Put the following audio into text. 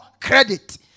credit